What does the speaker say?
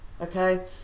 okay